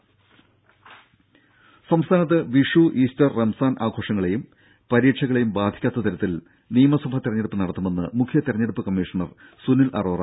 രും സംസ്ഥാനത്ത് വിഷു ഈസ്റ്റർ റംസാൻ ആഘോഷങ്ങളേയും പരീക്ഷകളേയും ബാധിക്കാത്ത തരത്തിൽ നിയമസഭാ തെരഞ്ഞെടുപ്പ് നടത്തുമെന്ന് മുഖ്യ തെരഞ്ഞെടുപ്പ് കമ്മീഷണർ സുനിൽ അറോറ